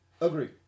Agree